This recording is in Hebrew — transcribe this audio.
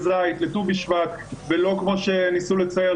זית לט"ו בשבט ולא כמו שניסו לצייר,